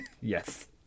yes